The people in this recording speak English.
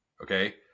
okay